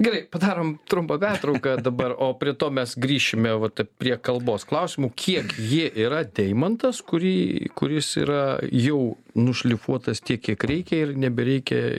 gerai padarom trumpą pertrauką dabar o prie to mes grįšim vat prie kalbos klausimų kiek ji yra deimantas kurį kuris yra jau nušlifuotas tiek kiek reikia ir nebereikia